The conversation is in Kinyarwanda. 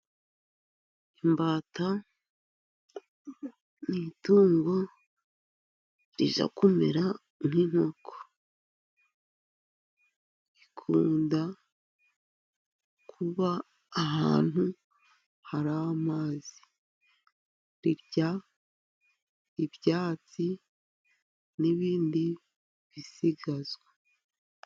Imbata ni itungo rijya kumera nk'inkoko. Ikunda kuba ahantu hari amazi. Irya ibyatsi n'ibindi bisigazwa.